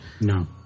No